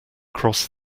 cross